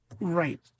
Right